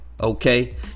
Okay